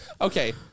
Okay